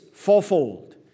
Fourfold